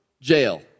jail